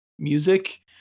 music